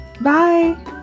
bye